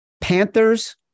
Panthers